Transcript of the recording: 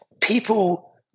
people